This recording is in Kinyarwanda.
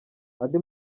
andi